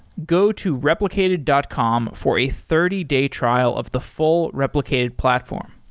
go to replicated dot com for a thirty day trial of the full replicated platform.